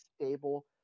stable